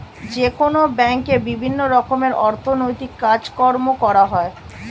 যেকোনো ব্যাঙ্কে বিভিন্ন রকমের অর্থনৈতিক কাজকর্ম করা হয়